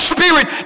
Spirit